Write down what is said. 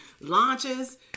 launches